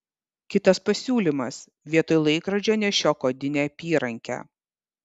kitas pasiūlymas vietoj laikrodžio nešiok odinę apyrankę